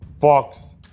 fox